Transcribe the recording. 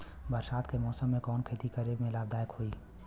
बरसात के मौसम में कवन खेती करे में लाभदायक होयी?